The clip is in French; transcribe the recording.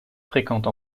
fréquente